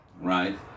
right